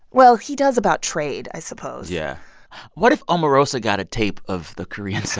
well, he does about trade, i suppose yeah what if omarosa got a tape of the korean. so